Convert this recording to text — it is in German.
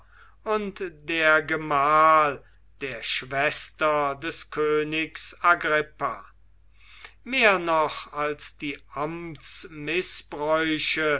und der gemahl der schwester des königs agrippa mehr noch als die